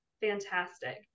fantastic